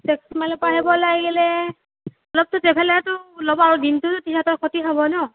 six মাইলৰ পৰা আহিব লাগিলে অলপতো ট্ৰেভেলাৰেতো ল'ব আৰু দিনটোতো সিহঁতৰ ক্ষতি হ'ব ন